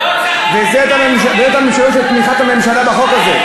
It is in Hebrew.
וזו גם המשמעות של תמיכת הממשלה בחוק הזה.